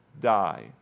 die